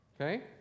Okay